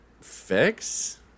fix